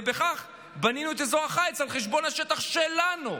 ובכך בנינו את אזור החיץ על חשבון השטח שלנו.